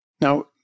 Now